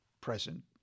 present